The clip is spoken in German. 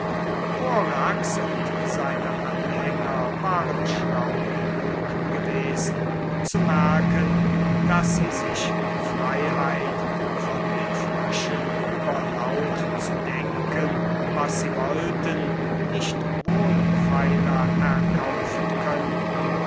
korax und seine anhänger waren schlau genug gewesen zu merken daß sie sich die freiheit von den fröschen überlaut zu denken was sie wollten nicht wohlfeiler erkaufen könnten